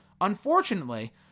Unfortunately